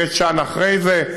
בית שאן אחרי זה.